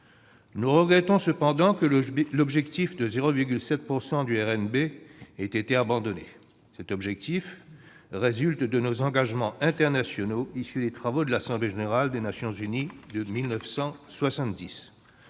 nous regrettons que l'objectif de 0,7 % du RNB ait été abandonné. En effet, cet objectif résulte de nos engagements internationaux, issus des travaux de l'Assemblée générale des Nations unies de 1970.